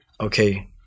okay